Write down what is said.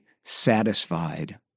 satisfied